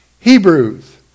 Hebrews